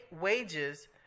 wages